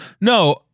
No